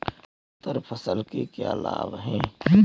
अंतर फसल के क्या लाभ हैं?